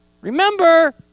remember